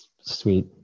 Sweet